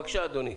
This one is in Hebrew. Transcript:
בבקשה, אדוני.